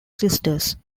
sisters